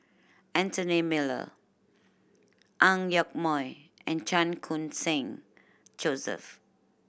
Anthony Miller Ang Yoke Mooi and Chan Khun Sing Joseph